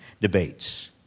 debates